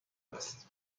است